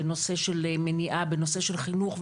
מניעה וחינוך,